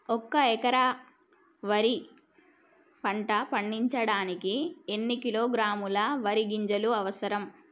ఒక్క ఎకరా వరి పంట పండించడానికి ఎన్ని కిలోగ్రాముల వరి గింజలు అవసరం?